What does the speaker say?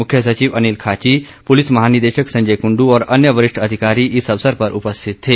मुख्य सचिव अनिल खाची पुलिस महानिदेशक संजय कुण्डू और अन्य वरिष्ठ अधिकारी इस अवसर पर उपस्थित थे